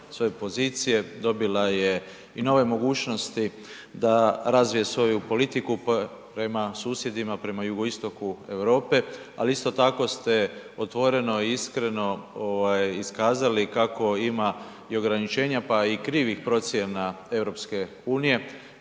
svoje pozicije, dobila je i nove mogućnosti da razvije svoju politiku prema susjedima, prema Jugoistoku Europe, ali isto tako ste otvoreno i iskreno iskazali kako ima i ograničenja pa i krivih procjena EU, pogotovo